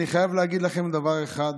אני חייב להגיד לכם דבר אחד,